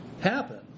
happen